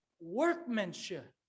workmanship